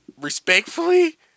respectfully